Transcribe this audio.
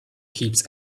keeps